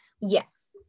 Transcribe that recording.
Yes